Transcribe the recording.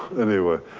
anyway.